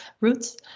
roots